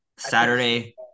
Saturday